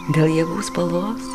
dėl javų spalvos